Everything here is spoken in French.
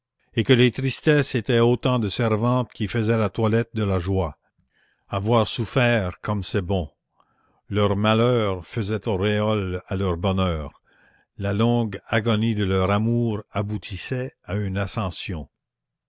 et que les tristesses étaient autant de servantes qui faisaient la toilette de la joie avoir souffert comme c'est bon leur malheur faisait auréole à leur bonheur la longue agonie de leur amour aboutissait à une ascension